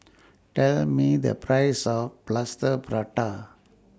Tell Me The Price of Plaster Prata